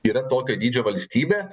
yra tokio dydžio valstybė